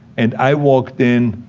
and i walked in,